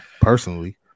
personally